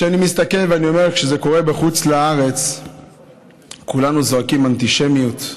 אני מסתכל ואומר: כשזה קורה בחוץ-לארץ כולנו זועקים: אנטישמיות,